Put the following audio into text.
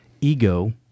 ego